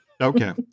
Okay